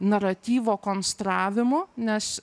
naratyvo konstravimu nes